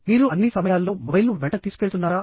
మీరు అన్ని సమయాల్లో మొబైల్ను వెంట తీసుకెళ్తున్నారా